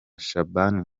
shaban